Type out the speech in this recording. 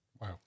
Wow